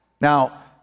Now